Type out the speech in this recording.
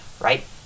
right